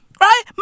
Right